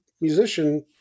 musician